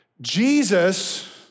Jesus